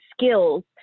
skills